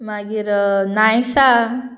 मागीर नायसा